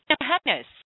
happiness